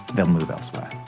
they will move elsewhere.